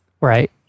Right